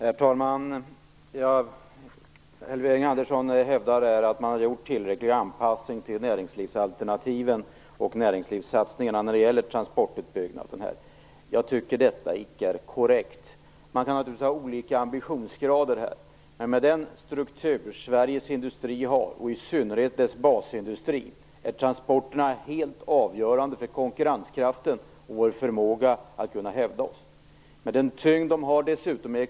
Herr talman! Elving Andersson hävdar att man har gjort en tillräcklig anpassning till näringslivsalternativen och näringslivssatsningarna när det gäller transportutbyggnaden. Jag tycker inte att det är korrekt. Man kan naturligtvis ha olika ambitionsgrader, men med den struktur Sveriges industri har, i synnerhet dess basindustri, är transporterna helt avgörande för konkurrenskraften och för vår förmåga att kunna hävda oss.